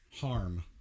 harm